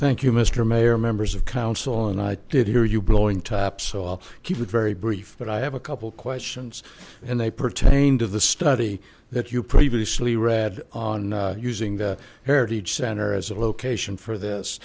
thank you mr mayor members of council and i did hear you blowing top so i'll keep it very brief but i have a couple questions and they pertain to the study that you previously read on using the heritage center as a location for this